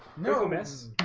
no miss